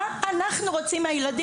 מה אנחנו רוצים מהילדים?